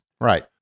Right